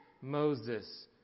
Moses